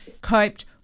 coped